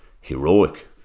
Heroic